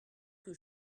que